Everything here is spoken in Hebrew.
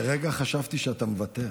לרגע חשבתי שאתה מוותר,